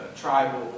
tribal